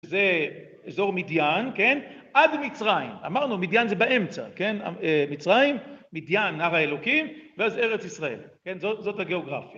זה אזור מדין כן, עד מצרים. אמרנו, מדין זה באמצע, כן מצרים, מדין, הר האלוקים, ואז ארץ ישראל. כן זאת...זאת הגיאוגרפיה.